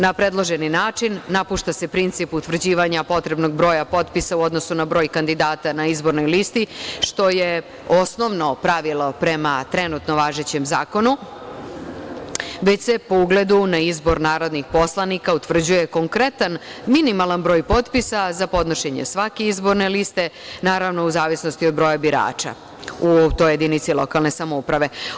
Na predloženi način napušta se princip utvrđivanja potrebnog broja potpisa u odnosu na broj kandidata na izbornoj listi, što je osnovno pravilo prema trenutno važećem zakonu, već se po ugledu na izbor narodnih poslanika utvrđuje konkretan minimalan broj potpisa za podnošenje svake izborne liste naravno u zavisnosti od broja birača u toj jedinici lokalne samouprave.